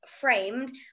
framed